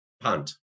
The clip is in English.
punt